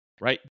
Right